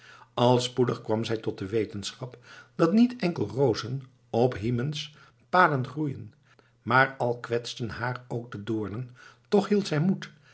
al spoedig kwam zij tot de wetenschap dat niet enkel rozen op hymens paden groeien maar al kwetsten haar ook de doornen toch hield zij moed